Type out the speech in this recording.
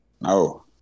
No